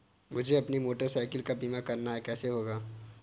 मुझे अपनी motor cycle का बीमा करना है कैसे होगा?